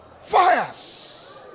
fires